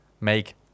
Make